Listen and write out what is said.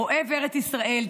אוהב ארץ ישראל,